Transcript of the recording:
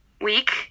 week